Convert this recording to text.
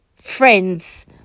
friends